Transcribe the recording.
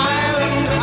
island